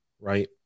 Right